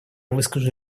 выскажу